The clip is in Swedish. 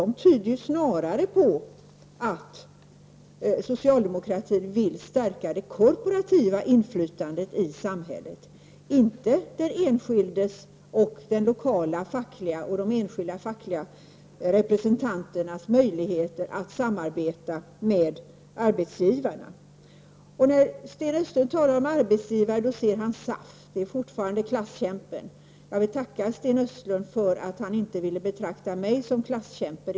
De tyder snarare på att socialdemokratin vill stärka det korporativa inflytandet i samhället, inte den enskildes, de lokala fackligas och de enskilda fackliga representanternas möjligheter att samarbeta med arbetsgivarna. När Sten Östlund talar om arbetsgivare talar han om SAF. Det är fortfarande klasskämpen. Jag vill tacka Sten Östlund för att han inte ville betrakta mig som klasskämpe.